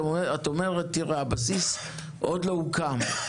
את אומרת: הבסיס עוד לא הוקם,